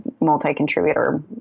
multi-contributor